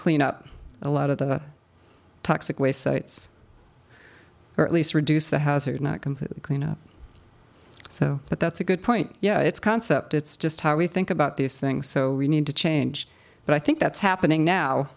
clean up a lot of the toxic waste sites or at least reduce the house or not completely clean up so but that's a good point yeah it's concept it's just how we think about these things so we need to change but i think that's happening now